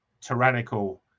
tyrannical